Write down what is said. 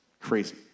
crazy